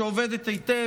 שעובדת היטב,